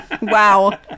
Wow